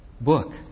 book